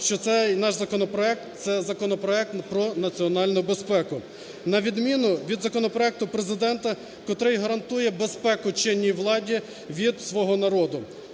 що цей наш законопроект – це законопроект про національну безпеку, на відміну від законопроекту Президента, котрий гарантує безпеку чинній владі від свого народу,